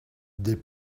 des